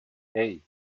hey